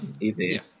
Easy